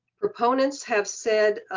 proponents have said